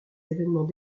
événements